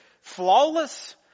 flawless